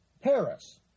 Paris